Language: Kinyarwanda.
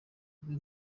twebwe